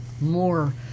more